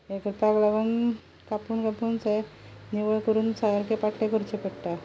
हें करपाक लागून कापून कापून ते निवळ करून ते सारके पाटले करून करचे पडटा